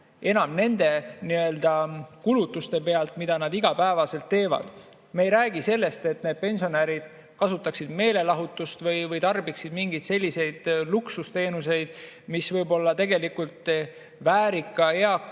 enam nende kulutuste pealt, mida nad igapäevaselt teevad.Me ei räägi sellest, et need pensionärid kasutaksid meelelahutust või tarbiksid mingeid selliseid luksusteenuseid, mis tegelikult väärika eaka